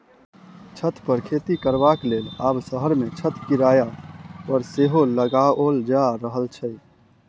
छत पर खेती करबाक लेल आब शहर मे छत किराया पर सेहो लगाओल जा रहल छै